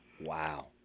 wow